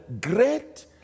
great